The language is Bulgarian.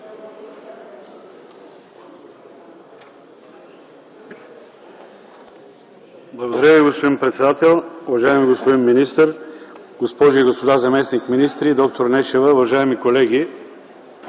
Уважаеми господин председател, уважаеми господин министър, госпожи и господа заместник-министри, доктор Нешева, уважаеми колеги!